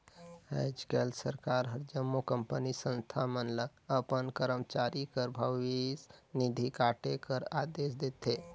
आएज काएल सरकार हर जम्मो कंपनी, संस्था मन ल अपन करमचारी कर भविस निधि काटे कर अदेस देथे